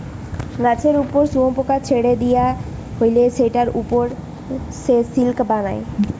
গাছের উপর শুয়োপোকাকে ছেড়ে দিয়া হলে সেটার উপর সে সিল্ক বানায়